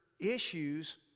issues